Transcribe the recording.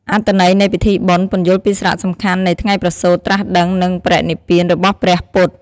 អត្ថន័យនៃពិធីបុណ្យ ពន្យល់ពីសារៈសំខាន់នៃថ្ងៃប្រសូត ត្រាស់ដឹង និងបរិនិព្វានរបស់ព្រះពុទ្ធ។